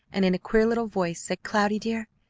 and in a queer little voice said, cloudy, dear,